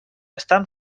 estan